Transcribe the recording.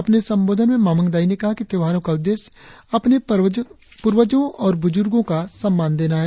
अपने संबोधन में मामांग दाई ने कहा कि त्यौहारो का उद्देश्य अपने पूर्वजो और बुजुर्गो को सम्मान देना है